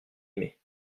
aimé